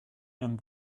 and